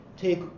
take